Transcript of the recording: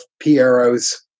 Piero's